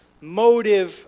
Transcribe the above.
motive